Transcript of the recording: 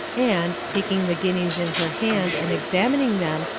and, taking the guineas in her hand and examining them,